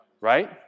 right